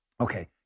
Okay